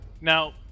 now